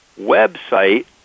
website